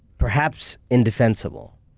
perhaps indefensible,